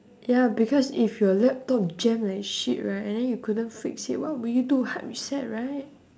ya because if your laptop jam like shit right and then you couldn't fix it what would you do hard reset right